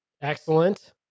Excellent